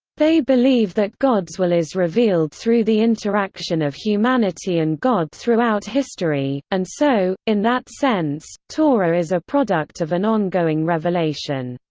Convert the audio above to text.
they believe that god's will is revealed through the interaction of humanity and god throughout history, and so, in that sense, torah is a product of an ongoing revelation.